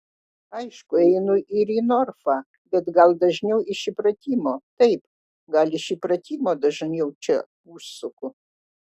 aišku einu ir į norfą bet gal dažniau iš įpratimo taip gal iš įpratimo dažniau čia užsuku